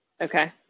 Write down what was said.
Okay